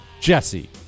JESSE